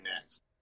next